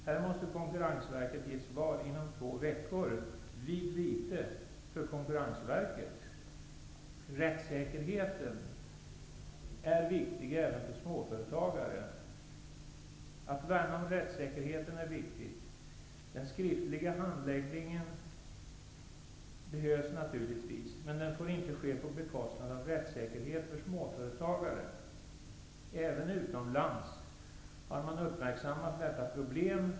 Här måste Konkurrensverket ge svar inom två veckor, vid vite för Konkurrensverket. Rättssäkerheten är viktig även för småföretagare. Det är viktigt att värna om rättssäkerheten. Den skriftliga handläggningen behövs naturligtvis, men den får inte ske på bekostnad av rättssäkerheten för småföretagare. Även utomlands har man uppmärksammat detta problem.